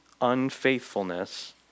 unfaithfulness